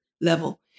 level